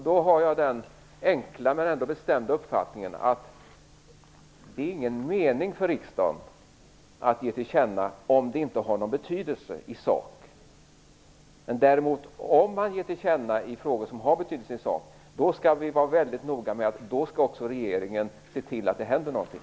Då har jag den enkla med ändå bestämda uppfattningen att det inte är någon mening för riksdagen att ge till känna om det inte har någon betydelse i sak. Om man däremot ger till känna i frågor som har betydelse i sak, skall vi vara väldigt noga med att se till att också regeringen ser till att det händer någonting.